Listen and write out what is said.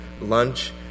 lunch